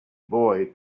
boy